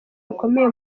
rukomeye